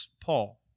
Paul